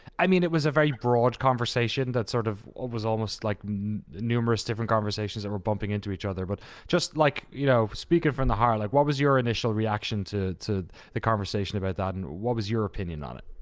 i mean it was a very broad conversation that sort of of was almost like numerous different conversations that were bumping into each other. but just like you know speaking from the heart, like what was your initial reaction to to the conversation about that and what was your opinion on it?